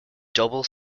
double